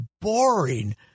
boring